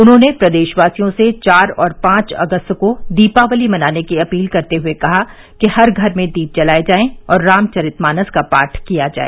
उन्होंने प्रदेशवासियों से चार और पांच अगस्त को दीपावली मनाने की अपील करते हुए कहा कि हर घर में दीप जलाए जाएं और रामचरित मानस का पाठ किया जाए